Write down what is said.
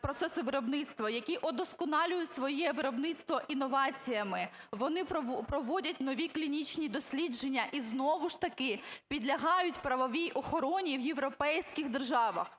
процеси виробництва, які вдосконалюють своє виробництво інноваціями, вони проводять нові клінічні дослідження і знову ж таки підлягають правовій охороні в європейських державах.